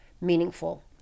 meaningful